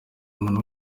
umuntu